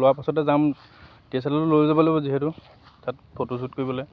লোৱাৰ পাছতে যাম ডি এছ এল আৰটো লৈ যাব লাগিব যিহেতু তাত ফটো্বুট কৰিবলৈ